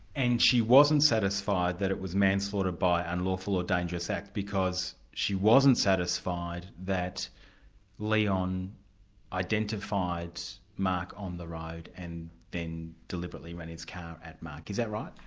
and she wasn't satisfied that it was manslaughter by unlawful or dangerous act because she wasn't satisfied that leon identified mark on the road and then deliberately ran his car at mark, is that right?